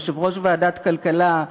יושב-ראש ועדת כלכלה,